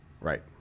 Right